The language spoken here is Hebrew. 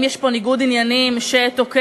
אם יש פה ניגוד עניינים שתוקע,